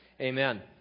Amen